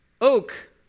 Oak